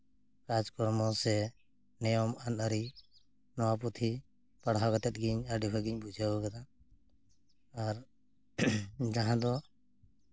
ᱠᱟᱡᱽᱼᱠᱚᱨᱢᱚ ᱥᱮ ᱱᱤᱭᱚᱢ ᱟᱹᱱᱼᱟᱹᱨᱤ ᱱᱚᱣᱟ ᱯᱩᱛᱷᱤ ᱯᱟᱲᱦᱟᱣ ᱠᱟᱛᱮ ᱜᱮ ᱤᱧ ᱟᱹᱰᱤ ᱵᱷᱟᱜᱮᱧ ᱵᱩᱡᱷᱟᱹᱣ ᱠᱟᱫᱟ ᱟᱨ ᱡᱟᱦᱟᱸ ᱫᱚ